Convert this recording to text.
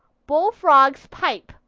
bullfrogs pipe,